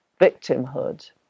victimhood